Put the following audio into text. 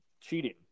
cheating